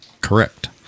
Correct